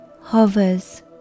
hovers